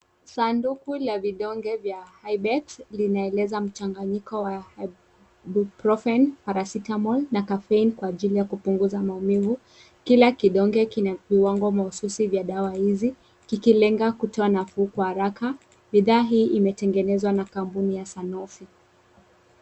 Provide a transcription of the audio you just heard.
Sanduku la vidonge vya Hybet vinaeleza mchanganyiko wa Ibuprofen , Paracetamol , na Caffeine kwa ajili ya kupunguza maumivu. Kila kidonge kina viwango mahususi vya dawa hizi kikilenga kutoa nafuu kwa haraka. Bidhaa hii imetengenezwa na kampuni ya Sanofi